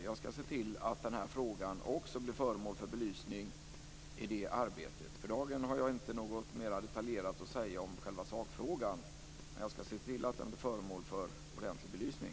Jag ska se till att den här frågan också blir föremål för belysning i det arbetet. För dagen har jag inte något mer detaljerat att säga om själva sakfrågan, men jag ska se till att den blir föremål för ordentlig belysning.